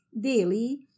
daily